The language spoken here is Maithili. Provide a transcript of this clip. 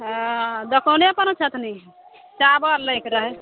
हँ दोकाने पर ने छथनि चावल लै के रहै